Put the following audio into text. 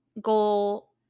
goal